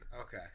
Okay